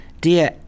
Dear